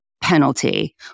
penalty